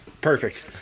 Perfect